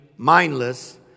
Mindless